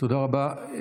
תודה רבה.